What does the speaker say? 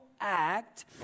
act